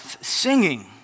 singing